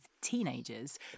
teenagers